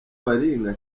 baringa